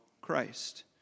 Christ